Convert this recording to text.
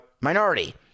minority